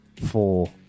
Four